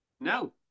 No